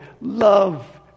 love